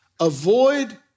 avoid